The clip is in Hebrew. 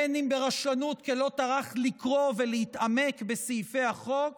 בין אם ברשלנות כי לא טרח לקרוא ולהתעמק בסעיפי החוק,